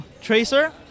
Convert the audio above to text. Tracer